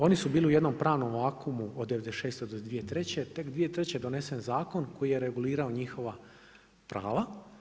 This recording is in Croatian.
Oni su bili u jednom pravnom vakumu od '96. do 2003., tek 2003. je donesen zakon koji je regulirao njihova prava.